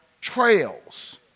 trails